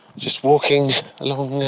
just walking along